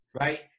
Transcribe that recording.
right